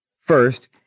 first